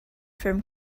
from